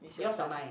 yours or mine